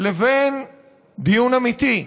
בדיון אמיתי,